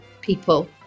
people